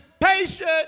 patient